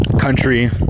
country